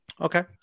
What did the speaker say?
Okay